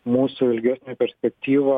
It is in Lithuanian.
mūsų ilgesnę perspektyvą